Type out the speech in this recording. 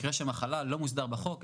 מקרה של מחלה לא מוסדר בחוק.